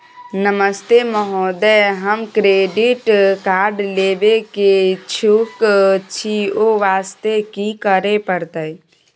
नमस्ते महोदय, हम credit card लेबे के इच्छुक छि ओ वास्ते की करै परतै?